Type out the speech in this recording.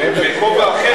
זה בכובע אחר,